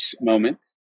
moment